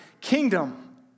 kingdom